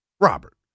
Robert